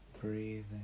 breathing